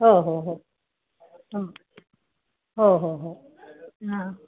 हो हो हो हो हो हो हो हां